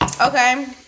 Okay